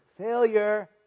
failure